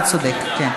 אתה צודק.